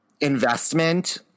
investment